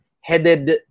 headed